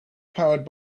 powered